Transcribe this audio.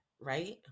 right